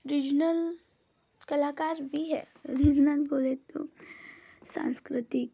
regional कलाकार भी हैं रीज़नल बोलें तो सांस्कृतिक